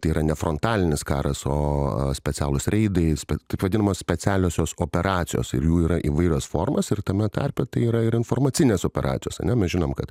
tai yra ne frontalis karas o specialūs reidai taip vadinamos specialiosios operacijos ir jų yra įvairios formos ir tame tarpe tai yra ir informacinės operacijos na mes žinome kad